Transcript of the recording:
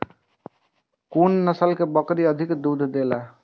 कुन नस्ल के बकरी अधिक दूध देला?